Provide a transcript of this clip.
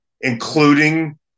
including